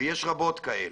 ויש רבות כאלה.